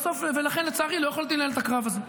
לכן, לצערי, לא יכולתי לנהל את הקרב הזה.